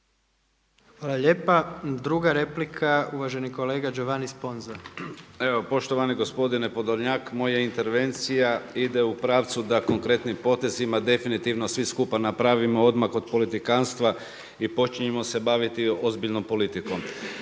Hvala lijepa. Druga replika, uvaženi kolega Giovanni Sponza. **Sponza, Giovanni (IDS)** Evo, poštovani gospodine Podolnjak, moja intervencija ide u pravcu da konkretnim potezima definitivno svi skupa napravimo odmak od politikanstva i počinjemo se baviti ozbiljnom politikom.